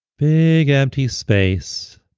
big empty space